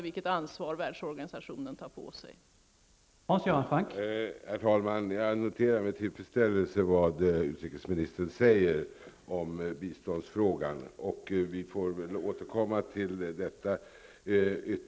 Det ansvar som världsorganisationen tar på sig är ganska imponerande.